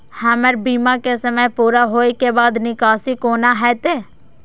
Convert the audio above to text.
हमर बीमा के समय पुरा होय के बाद निकासी कोना हेतै?